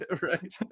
Right